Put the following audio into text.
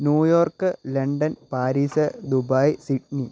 New York London Paris Dubai Sydney